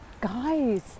Guys